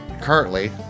Currently